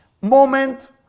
moment